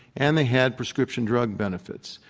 and they had prescription drug benefits.